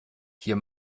hier